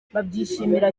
babyishimira